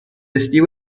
estivo